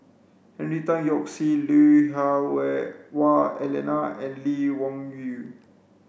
Henry Tan Yoke See Lui Hah Wei Wah Elena and Lee Wung Yew